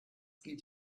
geht